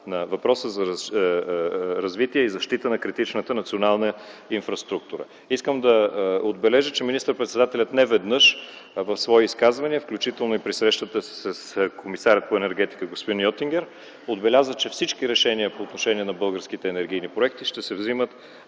на въпроса за развитие и защита на критичната национална инфраструктура. Искам да отбележа, че министър-председателят неведнъж в свои изказвания, включително и при срещата си с комисаря по енергетика господин Йотингер отбеляза, че всички решения по отношение на българските енергийни проекти ще се взимат